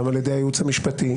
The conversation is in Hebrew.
גם על-ידי הייעוץ המשפטי,